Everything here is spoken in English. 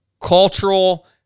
cultural